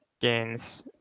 gains